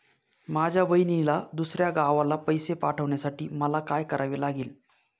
माझ्या बहिणीला दुसऱ्या गावाला पैसे पाठवण्यासाठी मला काय करावे लागेल?